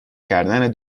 کردن